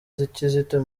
kizito